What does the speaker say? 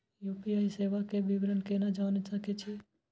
UPI सेवा के विवरण केना जान सके छी?